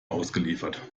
ausgeliefert